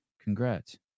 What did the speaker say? Congrats